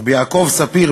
רבי יעקב ספיר,